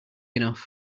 enough